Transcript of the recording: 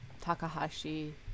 Takahashi